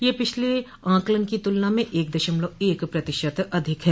यह पिछले आकलन की तुलना में एक दशमलव एक प्रतिशत अधिक है